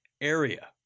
area